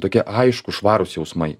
tokie aiškūs švarūs jausmai